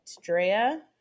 Drea